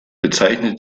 bezeichnete